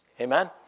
amen